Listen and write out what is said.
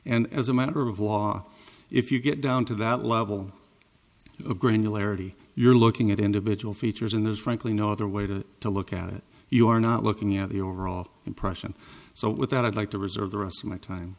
and as a matter of law if you get down to that level of granularity you're looking at individual features and is frankly no other way to to look at it you are not looking at the overall impression so with that i'd like to reserve the rest of my time